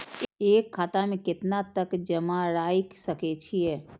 एक खाता में केतना तक जमा राईख सके छिए?